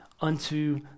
unto